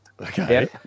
Okay